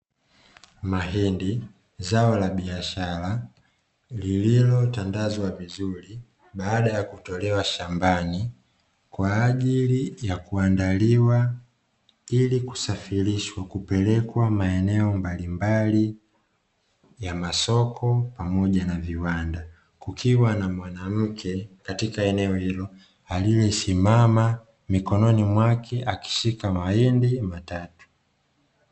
Mahindi zao la biashara lililotandazwa vizuri baada ya kutolewa shambani kwa ajili ya kuandaliwa ili kusafirishwa kupelekwa maeneo mbalimballi ya masoko pamoja na viwanda, kukiwa na mwanamke katika eneo hilo aliyesimama mikononi mwake akishika mahindi matatu.